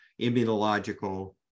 immunological